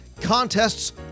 contests